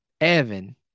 Evan